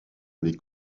année